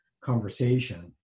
conversation